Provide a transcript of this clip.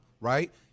Right